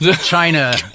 China